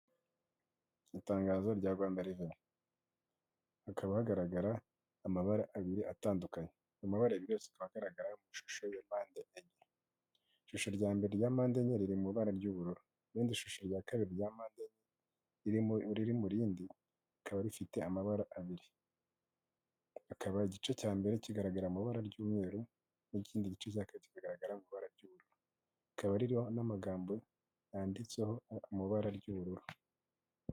Itangazo rya Rwanda reveni. Hakaba hagaragara amabara abiri atandukanye. Amabara abiri yose akaba agaragara mu ishusho ya mpande enye. Ishusho rya mbere rya mpande enye riri mu ibara ry'uburu. Irindi shusho rya kabiri rya mpande enye iriri mu rindi, rikaba rifite amabara abiri. Akaba igice cya mbere kigaragara mu ibara ry'umweru, n'ikindi gice cya kabiri kikagaragara mu ibara ry'ubururu. Rikaba ririho n'amagambo yanditseho mu ibara ry'ubururu.